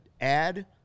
add